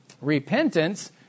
repentance